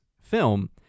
film